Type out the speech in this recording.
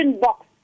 box